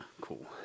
Cool